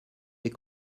des